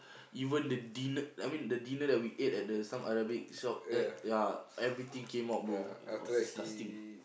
even the din~ I mean the dinner that we ate the some Arabic shop uh ya everything came out bro it was disgusting